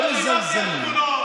הרי מזלזלים.